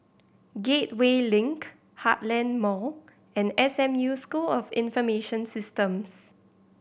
Gateway Link Heartland Mall and S M U School of Information Systems